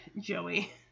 Joey